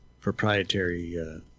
proprietary